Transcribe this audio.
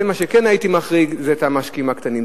מה שכן הייתי מחריג זה את המשקיעים הקטנים.